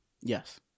Yes